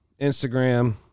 Instagram